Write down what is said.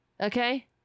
Okay